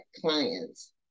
clients